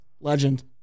Legend